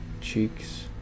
cheeks